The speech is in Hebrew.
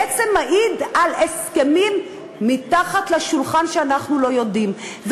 בעצם מעיד על הסכמים מתחת לשולחן שאנחנו לא יודעים.